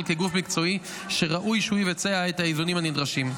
כגוף מקצועי שראוי שהוא יבצע את האיזונים הנדרשים.